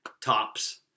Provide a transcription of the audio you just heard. tops